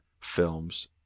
films